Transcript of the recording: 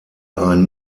ein